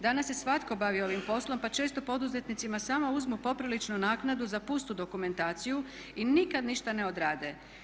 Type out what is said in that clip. Danas se svatko bavi ovim poslom, pa često poduzetnicima samo uzmu popriličnu naknadu za pustu dokumentaciju i nikad ništa ne odrade.